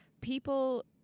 people